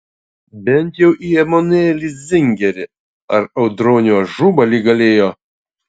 bent jau į emanuelį zingerį ar audronių ažubalį galėjo